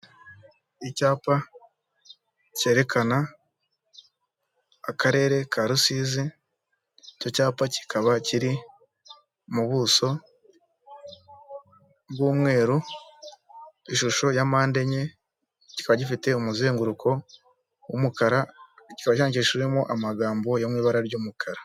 Icyapa cyerekana Akarere ka Rusizi, icyo cyapa kikaba kiri mu buso bw'umweru, ishusho ya mande enye, kikaba gifite umuzenguruko w'umukara, kikaba cyandikishijwemo amagambo yo mu ibara ry'umukara.